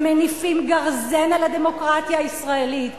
הם מניפים גרזן על הדמוקרטיה הישראלית.